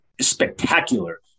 spectacular